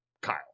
Kyle